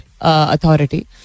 authority